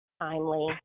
timely